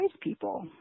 people